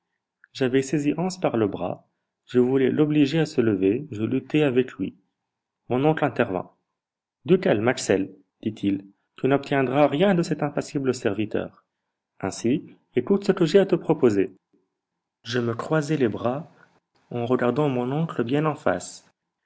j'avais saisi hans par le bras je voulais l'obliger à se lever je luttais avec lui mon oncle intervint du calme axel dit-il tu n'obtiendras rien de cet impassible serviteur ainsi écoute ce que j'ai à te proposer je me croisai les bras en regardant mon oncle bien en face